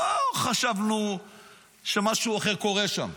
לא חשבנו שמשהו אחר קורה שם.